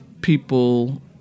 people